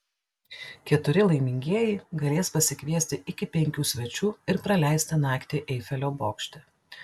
keturi laimingieji galės pasikviesti iki penkių svečių ir praleisti naktį eifelio bokšte